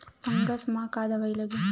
Fungus म का दवाई लगी?